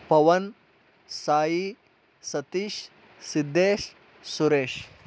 Pavan Sai Satish Siddesh Suresh